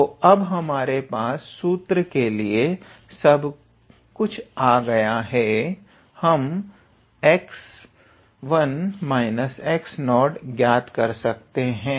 तो अब जब हमारे पास सूत्र के लिए सब कुछ आ गया है हम 𝑥1 − 𝑥0 ज्ञात करते हैं